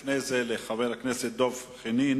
הצעה אחרת, לפני זה, לחבר הכנסת דב חנין,